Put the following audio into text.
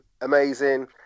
amazing